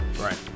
Right